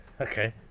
okay